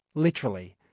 literally.